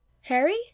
Harry